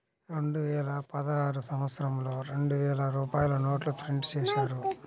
రెండువేల పదహారు సంవత్సరంలో రెండు వేల రూపాయల నోట్లు ప్రింటు చేశారు